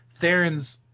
Theron's